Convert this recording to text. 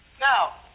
Now